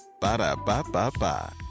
Ba-da-ba-ba-ba